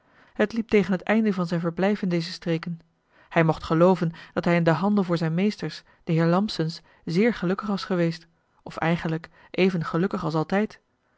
het liep tegen het einde van zijn verblijf in deze streken hij mocht gelooven dat hij in den handel voor zijn meesters de heeren lampsens zeer gelukkig was geweest of eigenlijk even gelukkig als altijd